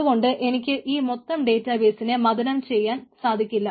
അതുകൊണ്ട് എനിക്ക് ഈ മൊത്തം ഡേറ്റാബേസിനെ മദനം ചെയ്യാൻ സാധിക്കില്ല